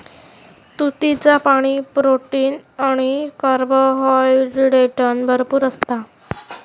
तुतीचा पाणी, प्रोटीन आणि कार्बोहायड्रेटने भरपूर असता